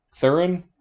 Thurin